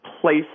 place